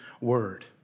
word